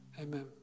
Amen